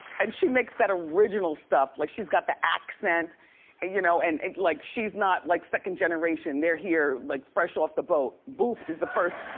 and she makes that original stuff like she's got the accent and you know, and like she's not like second generation. they're here like fresh off the boat. boof is the first.